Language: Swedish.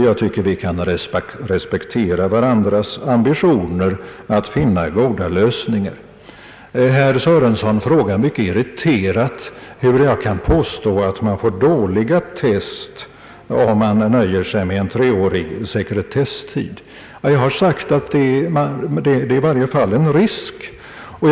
Jag tycker att vi kan respektera varandras ambitioner att finna goda lösningar. Herr Sörenson frågar mycket irriterat hur jag kan påstå att man får dåliga test om man nöjer sig med en treårig sekretesstid. Jag har sagt att det i varje fall är en risk härför.